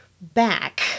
back